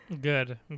Good